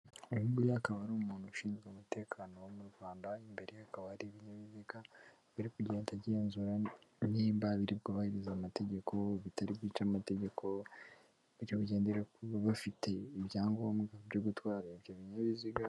Umuhungu uri hariya akaba ari umuntu ushinzwe umutekano wo mu rwanda imbere hakaba ari ibinyabiziga bari kugenda agenzura nimba biri bwubahiriza amategeko bitari guca amategeko ibyobigendera ku bafite ibyangombwa byo gutwara ibyo binyabiziga.